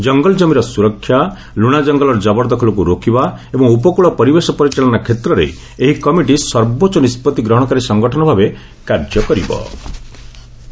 ଜଙ୍ଗଲ ଜମିର ସୁରକ୍ଷା ଲୁଣା ଜଙ୍ଗଲର ଜବରଦଖଲକୁ ରୋକିବା ଏବଂ ଉପକୂଳ ପରିବେଶ ପରିଚାଳନା କ୍ଷେତ୍ରରେ ଏହି କମିଟି ସର୍ବୋଚ୍ଚ ନିଷ୍କଭି ଗ୍ରହଣକାରୀ ସଂଗଠନ ଭାବେ କାର୍ଯ୍ୟ କରିବେ